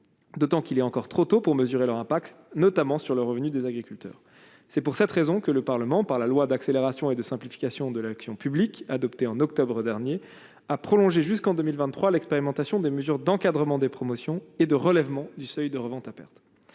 d'autant qu'il est encore trop tôt pour mesurer leur impact notamment sur le revenu des agriculteurs, c'est pour cette raison que le Parlement, par la loi d'accélération et de simplification de l'action publique adopté en octobre dernier a prolongé jusqu'en 2023 l'expérimentation des mesures d'encadrement des promotions et de relèvement du seuil de revente à perte